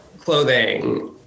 clothing